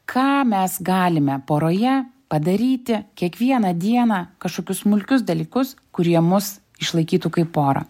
ką mes galime poroje padaryti kiekvieną dieną kažkokius smulkius dalykus kurie mus išlaikytų kaip porą